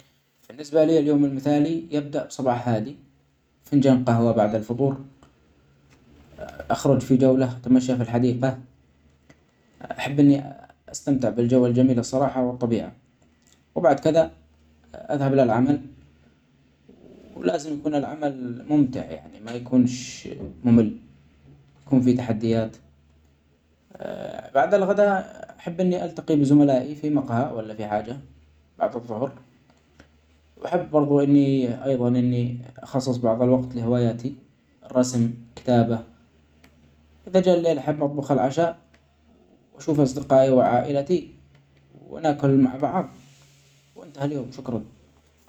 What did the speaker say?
بالنبسة لي اليوم المثالي يبدأ بصباح هادي فنجان قهوة بعد الفطور، أخرج في جولة أتمشي في الحديقة أحب إني أستمتع بالجو الجميل الصراحه والطبيعة وبعد كدا أذهب إلي العمل ، ولازم يكون العمل ممتع يعني ميكنش ممل. يكون في تحديات بعد الغدا أحب إني ألتقي بزملائي في مقهي، ولا في حاده بعد الظهر ، وأحب برده إني أيضا إني أخصص بعض الوقت لهوياتي الرسم ، الكتابه، وإذا جاء الليل بحب أطبخ العشا وأشوف أصدقائي وعائلتي ، وناكل مع بعض وأنتهي اليوم شكرا.